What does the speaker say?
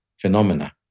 phenomena